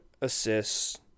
assists